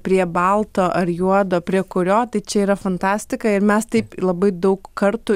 prie balto ar juodo prie kurio čia yra fantastika ir mes taip labai daug kartų